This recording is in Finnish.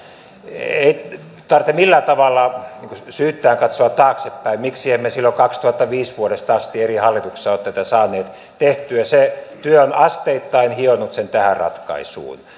ei tarvitse millään tavalla syyttäen katsoa taaksepäin miksi emme silloin vuodesta kaksituhattaviisi asti eri hallituksissa ole tätä saaneet tehtyä se työ on asteittain hionut sen tähän ratkaisuun